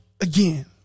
again